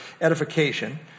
edification